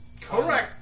Correct